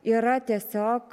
yra tiesiog